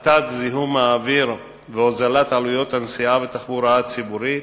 הפחתת זיהום האוויר והוזלת עלויות הנסיעה בתחבורה הציבורית,